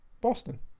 Boston